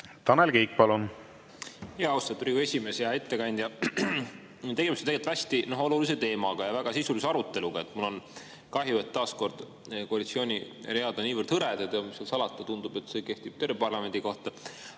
Tanel Kiik, palun! Austatud Riigikogu esimees! Hea ettekandja! Tegemist on tegelikult hästi olulise teemaga ja väga sisulise aruteluga. Mul on kahju, et taas kord on koalitsiooni read niivõrd hõredad. Ja mis seal salata, tundub, et see kehtib terve parlamendi kohta.